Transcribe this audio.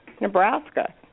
Nebraska